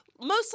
Mostly